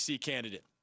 candidate